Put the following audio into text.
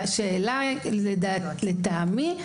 והשאלה לטעמי,